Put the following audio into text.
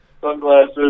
Sunglasses